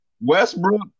Westbrook